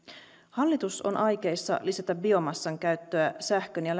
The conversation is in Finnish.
hallitus on aikeissa lisätä biomassan käyttöä sähkön ja